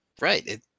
Right